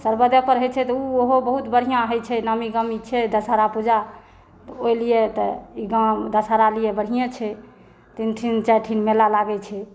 सर्वोदय पर होइ छै तऽ ओ ओहो बहुत बढ़िआँ होइ छै नामी गामी छै दशहरा पूजा ओहि लिय तऽ गाम दशहरा लिए बढ़िए छै तीन ठिन चारि ठिन मेला लागै छै